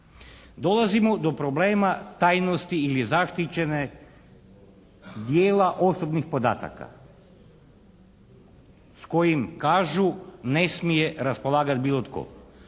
Dolazimo do problema tajnosti ili zaštićenog dijela osobnih podataka s kojim kažu ne smije raspolagati bilo tko.